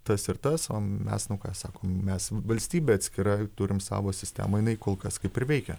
tas ir tas o mes nu ką sakom mes valstybė atskira turim savo sistemą jinai kol kas kaip ir veikia